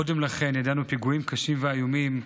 קודם לכן ידענו פיגועים קשים ואיומים: